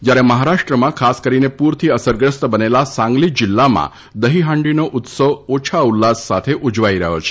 જ્યારે મહારાષ્ટ્રમાં ખાસ કરીને પૂરથી અસરગ્રસ્ત બનેલા સાંગલી જીલ્લામાં દહીંહાંડીનો ઉત્સવ ઓછા ઉલ્લાસ સાથે ઉજવાઇ રહ્યો છે